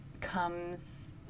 comes